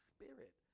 Spirit